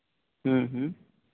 ᱦᱮᱸ ᱦᱮᱸ